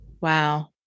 wow